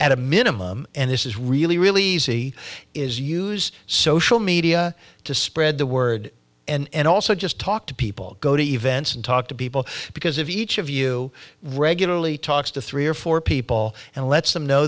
at a minimum and this is really really easy is use social media to spread the word and also just talk to people go to events and talk to people because if each of you regularly talks to three or four people and lets them know